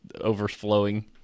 overflowing